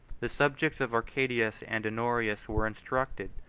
the subjects of arcadius and honorius were instructed,